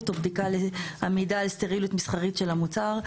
או בדיקה לעמידה על סטריליות מסחרית של המוצר.